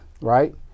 right